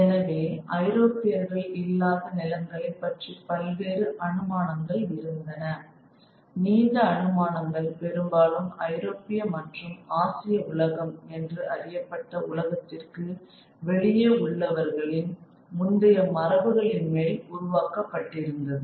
எனவே ஐரோப்பியர்கள் இல்லாத நிலங்களை பற்றி பல்வேறு அனுமானங்கள் இருந்தன நீண்ட அனுமானங்கள் பெரும்பாலும் ஐரோப்பிய மற்றும் ஆசிய உலகம் என்று அறியப்பட்ட உலகத்திற்கு வெளியே உள்ளவர்களின் முந்தைய மரபுகளின் மேல் உருவாக்கப்பட்டிருந்தது